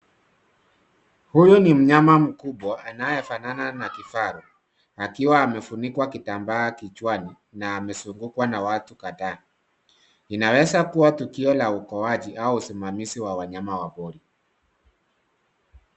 Huyu ni mnyama mkubwa anayefanana na kifaru, akiwa amefunikwa kitambaa kichwani na amezungukwa na watu kadhaa. Inaweza kuwa tukio la uokoaji au usimamizi wa wanyama wa pori.